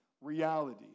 reality